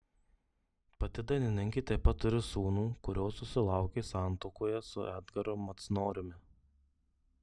pati dainininkė taip pat turi sūnų kurio susilaukė santuokoje su edgaru macnoriumi